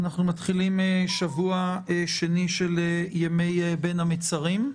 אנחנו מתחילים שבוע שני של ימי בין המצרים,